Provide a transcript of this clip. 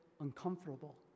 uncomfortable